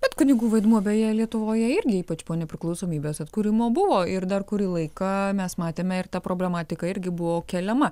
bet kunigų vaidmuo beje lietuvoje irgi ypač po nepriklausomybės atkūrimo buvo ir dar kurį laiką mes matėme ir ta problematika irgi buvo keliama